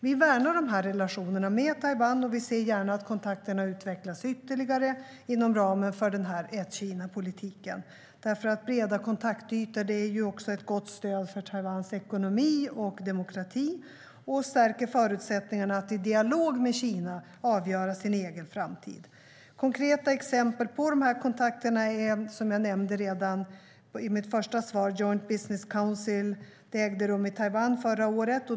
Vi värnar dessa relationer med Taiwan och ser gärna att kontakterna utvecklas ytterligare inom ramen för ett-Kina-politiken. Breda kontaktytor är nämligen också ett gott stöd för Taiwans ekonomi och demokrati, och det stärker förutsättningarna för Taiwan att i dialog med Kina avgöra sin egen framtid. Konkreta exempel på kontakterna med Taiwan är, som jag nämnde redan i svaret på interpellationen, det Joint Business Council som ägde rum i Taiwan förra året.